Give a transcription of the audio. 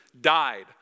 died